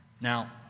Now